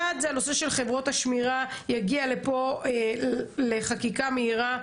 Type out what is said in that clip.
אחד זה הנושא של חברות השמירה שיגיע לפה לחקיקה מהירה.